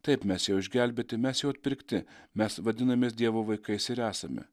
taip mes jau išgelbėti mes jau atpirkti mes vadinamės dievo vaikais ir esame